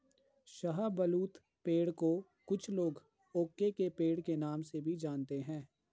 शाहबलूत पेड़ को कुछ लोग ओक के पेड़ के नाम से भी जानते है